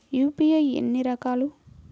UPI ఎన్ని రకాలు?